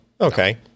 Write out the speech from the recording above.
okay